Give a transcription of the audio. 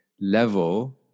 level